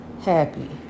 happy